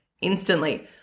instantly